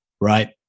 Right